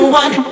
one